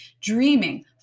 dreaming